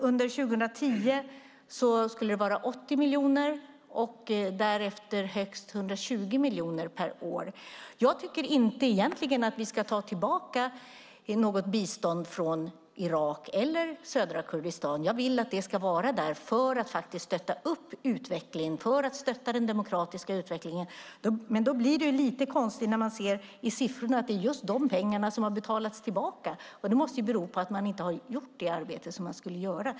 Under 2010 skulle det vara 80 miljoner och därefter högst 120 miljoner per år. Jag tycker egentligen inte att vi ska ta tillbaka något bistånd från Irak eller södra Kurdistan. Jag vill att det ska vara där för att stötta den demokratiska utvecklingen. Men då blir det lite konstigt när man ser i siffrorna att det är just de pengarna som har betalats tillbaka. Det måste bero på att man inte har gjort det arbete som man skulle göra.